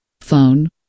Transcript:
Phone